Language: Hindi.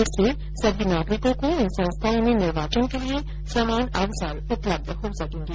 इससे सभी नागरिकों को इन संस्थाओं में निर्वाचन के लिए समान अवसर उपलब्ध हो सकेंगे